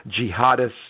jihadists